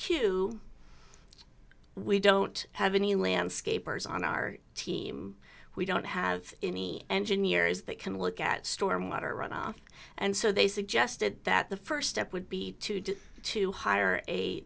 q we don't have any landscapers on our team we don't have any engineers that can look at storm water runoff and so they suggested that the st step would be to do to hire a